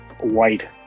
white